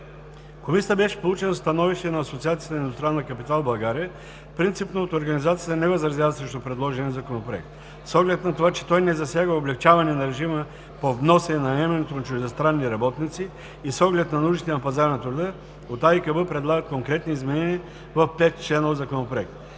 Комисията беше получено становището на Асоциацията на индустриалния капитал в България. Принципно от организацията не възразяват срещу предложения законопроект. С оглед на това, че той не засяга облекчаване на режима по вноса и наемането на чуждестранни работници и с оглед на нуждите на пазара на труда, от АИКБ предлагат конкретни изменения в пет члена от Законопроекта.